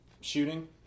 shooting